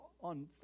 on